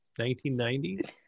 1990